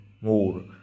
More